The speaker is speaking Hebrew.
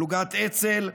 פלוגת אצ"ל,